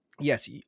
yes